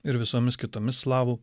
ir visomis kitomis slavų